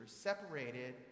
separated